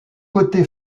côtés